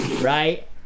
Right